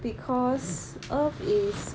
because earth is